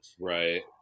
Right